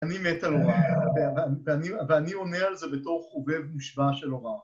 ‫אני מתה לא רעה, ואני עונה על זה ‫בתור חובב נשבע שלא ראה.